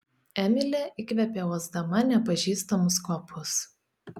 emilė įkvėpė uosdama nepažįstamus kvapus